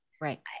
Right